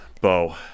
Bo